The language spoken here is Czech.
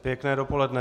Pěkné dopoledne.